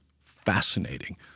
fascinating